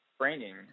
training